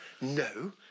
No